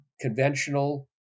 conventional